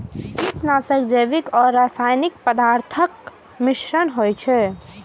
कीटनाशक जैविक आ रासायनिक पदार्थक मिश्रण होइ छै